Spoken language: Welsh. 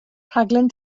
rhaglen